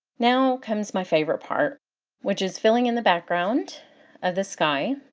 now comes my favorite part which is filling in the background of the sky.